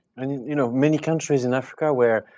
i mean you know, many countries in africa were,